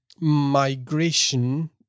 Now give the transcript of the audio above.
migration